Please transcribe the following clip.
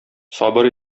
сабыр